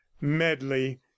medley